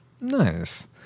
Nice